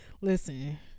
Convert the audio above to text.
Listen